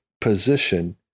position